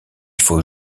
faut